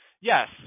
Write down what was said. yes